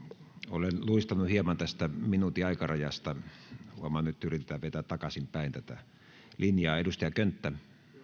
olen luistanut hieman tästä yhden minuutin aikarajasta huomaan nyt yrittää vetää takaisin päin tätä linjaa edustaja könttä